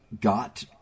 got